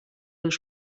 już